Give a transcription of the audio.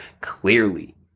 clearly